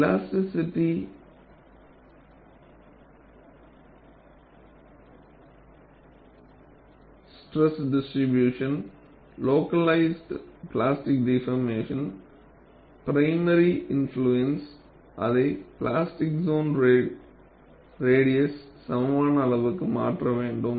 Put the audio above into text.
எலாஸ்டி stress distribution localised plastic deformation primary influence அதை plastic zone radius சமமான அளவுக்கு மாற்ற வேண்டும்